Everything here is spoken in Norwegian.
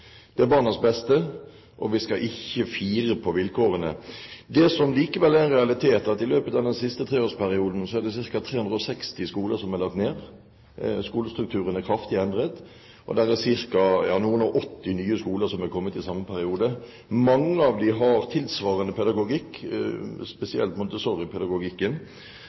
Det er barnas beste, og vi skal ikke fire på vilkårene. Det som likevel er en realitet, er at ca. 360 skoler er lagt ned i løpet av den siste treårsperioden, skolestrukturen er kraftig endret, og det er noen og åtti nye skoler som er kommet i samme periode. Mange av dem har tilsvarende pedagogikk, spesielt